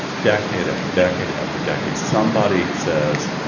decade after decade after decade, somebody says,